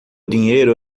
dinheiro